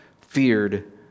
feared